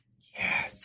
Yes